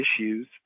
issues